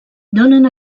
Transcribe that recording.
donen